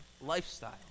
lifestyle